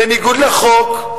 בניגוד לחוק,